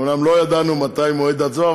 אומנם לא ידענו מתי מועד ההצבעה,